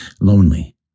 lonely